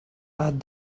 add